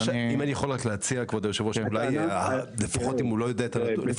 אם אני יכול רק להציע כבוד היו"ר אולי לפחות אם הוא לא יודע את ההערכות,